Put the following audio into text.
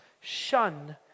Shun